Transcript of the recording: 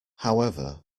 however